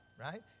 right